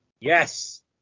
Yes